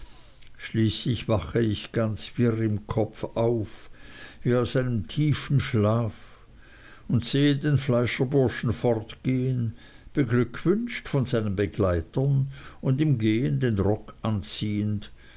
schließlich wache ich ganz wirr im kopfe auf wie aus einem tiefen schlaf und sehe den fleischerburschen fortgehen beglückwünscht von seinen begleitern und im gehen den rock anziehend